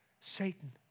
Satan